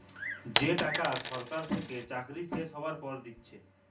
যে টাকা সরকার থেকে চাকরি শেষ হ্যবার পর দিচ্ছে